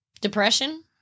Depression